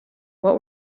what